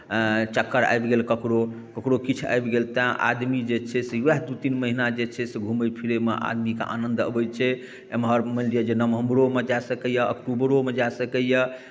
चक्कर आबि गेल ककरो ककरो किछु आबि गेल तैँ आदमी जे छै से उएह दू तीन महिना जे छै से घुमै फिरैमे आदमीके आनन्द अबै छै एम्हर मानि लिअ जे नवम्बरोमे जाए सकैए अक्टूबरोमे जाए सकैए